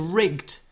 rigged